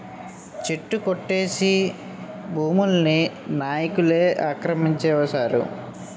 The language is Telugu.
చెట్లు కొట్టేసి భూముల్ని నాయికులే ఆక్రమించేశారు